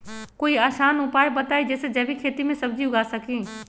कोई आसान उपाय बताइ जे से जैविक खेती में सब्जी उगा सकीं?